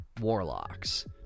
Warlocks